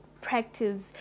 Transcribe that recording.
practice